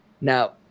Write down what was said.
Now